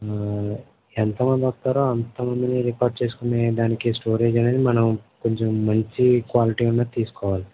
ఎంతమంది వస్తారో అంతమందిని రికార్డ్ చేసుకొనే దానికి స్టోరేజ్ అనేది మనం కొంచెం మంచి క్వాలిటీ ఉన్నది తీసుకోవాలి